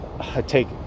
take